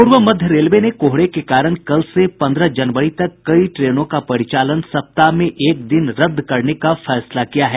पूर्व मध्य रेलवे ने कोहरे के कारण कल से पंद्रह जनवरी तक कई ट्रेनों का परिचालन सप्ताह में एक दिन रद्द करने का फैसला किया है